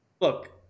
look